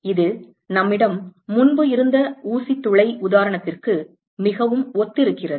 இது நம்மிடம் முன்பு இருந்த ஊசி துளை பின்ஹோல் உதாரணத்திற்கு மிகவும் ஒத்திருக்கிறது